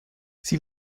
sie